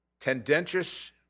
tendentious